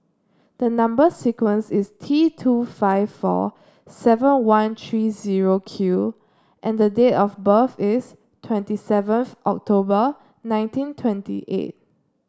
the number sequence is T two five four seven one three zero Q and the date of birth is twenty seventh October nineteen twenty eight